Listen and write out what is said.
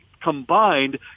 combined